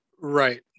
right